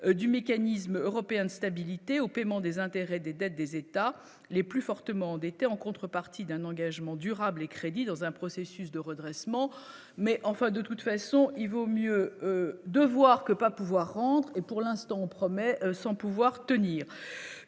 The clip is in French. du mécanisme européen de stabilité au paiement des intérêts des dettes des États les plus fortement endettés en contrepartie d'un engagement durable et crédits dans un processus de redressement mais enfin de toute façon, il vaut mieux de voir que pas pouvoir rentrer pour l'instant, on promet son pouvoir tenir